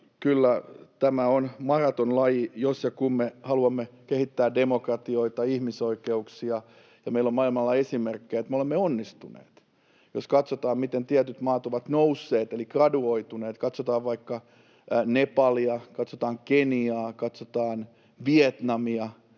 Kyllä tämä on maratonlaji, jos ja kun me haluamme kehittää demokratioita, ihmisoikeuksia, ja meillä on maailmalla esimerkkejä, että me olemme onnistuneet. Jos katsotaan, miten tietyt maat ovat nousseet eli graduoituneet — katsotaan vaikka Nepalia, katsotaan Keniaa,